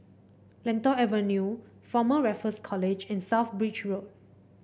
Lentor Avenue Former Raffles College and South Bridge Road